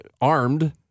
armed